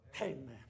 Amen